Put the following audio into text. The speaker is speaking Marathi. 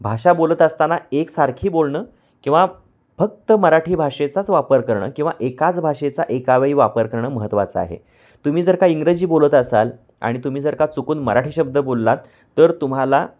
भाषा बोलत असताना एकसारखी बोलणं किंवा फक्त मराठी भाषेचाच वापर करणं किंवा एकाच भाषेचा एकावेळी वापर करणं महत्त्वाचं आहे तुम्ही जर का इंग्रजी बोलत असाल आणि तुम्ही जर का चुकून मराठी शब्द बोललात तर तुम्हाला